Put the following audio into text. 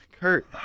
Kurt